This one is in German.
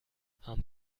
haben